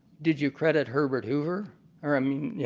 did you credit herbert hoover or, i mean, yeah